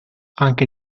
anche